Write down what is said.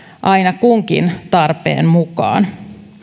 aina kunkin tarpeen mukaan